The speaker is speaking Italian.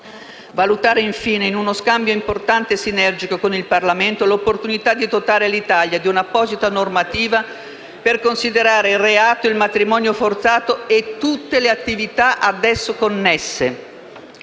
valutare, in uno scambio importante e sinergico con il Parlamento, l'opportunità di dotare l'Italia di un'apposita normativa per considerare reato il matrimonio forzato e tutte le attività ad esso connesse.